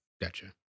Gotcha